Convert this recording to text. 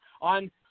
on